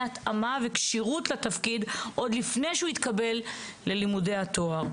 התאמה וכשירות לתפקיד עוד לפני שהוא התקבל ללימודי התואר.